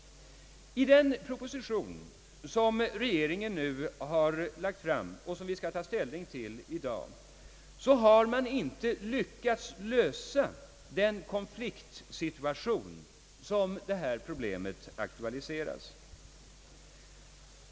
I den proposition som regeringen lagt fram och som vi skall ta ställning till i dag har man inte lyckats lösa den konfliktsituation som detta problem aktualiserar.